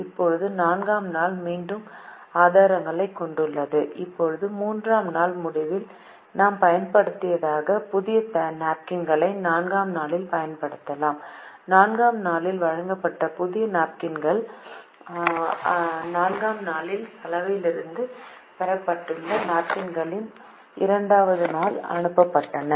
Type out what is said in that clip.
இப்போது 4 ஆம் நாள் மீண்டும் 3 ஆதாரங்களைக் கொண்டுள்ளது இப்போது 3 ஆம் நாள் முடிவில் நாம் பயன்படுத்தாத புதிய நாப்கின்களை 4 ஆம் நாளில் பயன்படுத்தலாம் 4 ஆம் நாளில் வாங்கப்பட்ட புதிய நாப்கின்கள் 4 ஆம் நாளில் சலவையிலிருந்து பெறப்பட்ட நாப்கின்கள் 2 ஆம் நாள் அனுப்பப்பட்டன